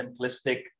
simplistic